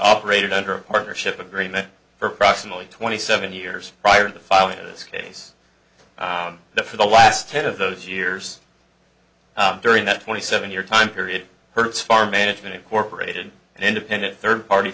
operated under a partnership agreement for approximately twenty seven years prior to filing this case now for the last ten of those years during that twenty seven year time period hertz farm management incorporated and independent third party